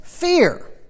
fear